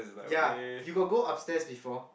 ya you got go upstairs before